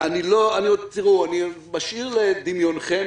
אני משאיר לדמיונכם